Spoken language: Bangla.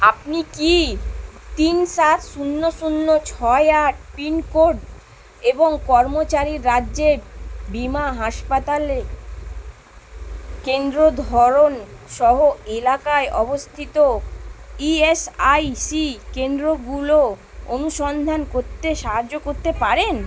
আপনি কি তিন সাত শূন্য শূন্য ছয় আট পিনকোড এবং কর্মচারী রাজ্যে বিমা হাসপাতালে কেন্দ্র ধরনসহ এলাকায় অবস্থিত ইএসআইসি কেন্দ্রগুলো অনুসন্ধান করতে সাহায্য করতে পারেন